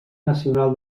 nacional